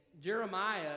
Jeremiah